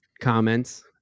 comments